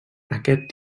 aquest